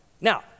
Now